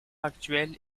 actuel